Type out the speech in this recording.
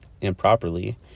improperly